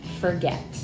forget